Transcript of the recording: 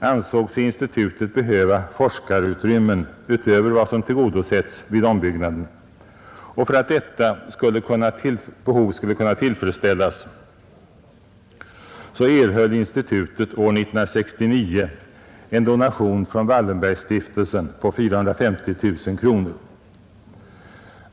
ansåg sig institutet behöva forskarutrymmen utöver vad som tillgodosetts vid ombyggnaden. För att detta behov skulle kunna tillfredsställas erhöll institutet år 1969 en donation från Wallenbergstiftelsen på 450 000 kronor.